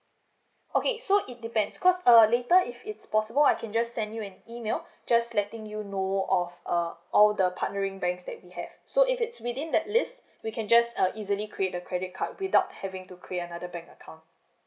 okay so it depends cause err later if it's possible I can just send you an email just letting you know of uh all the partnering banks that we have so if it's within that list we can just uh easily create the credit card without having to create another bank account